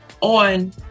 on